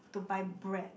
to buy bread